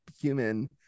human